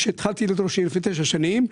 כשנבחרתי לראש עיר לפני תשע שנים,